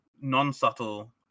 non-subtle